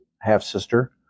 half-sister